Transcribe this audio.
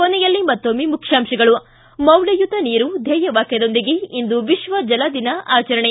ಕೊನೆಯಲ್ಲಿ ಮತ್ತೊಮ್ನೆ ಮುಖ್ಯಾಂಶಗಳು ಿ ಮೌಲ್ಯಯುತ ನೀರು ಧ್ಯೇಯವಾಕ್ಯದೊಂದಿಗೆ ಇಂದು ವಿಶ್ವ ಜಲ ದಿನ ಆಚರಣೆ